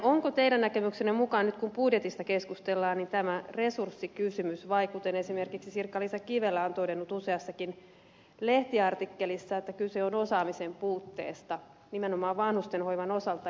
onko teidän näkemyksenne mukaan nyt kun budjetista keskustellaan tämä resurssikysymys vai onko niin kuten esimerkiksi sirkka liisa kivelä on todennut useassakin lehtiartikkelissa että kyse on osaamisen puutteesta nimenomaan vanhustenhoivan osalta